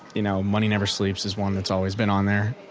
you know money never sleeps is one that's always been on there.